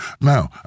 Now